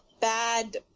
bad